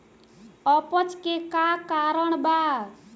अपच के का कारण बा?